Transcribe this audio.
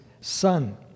son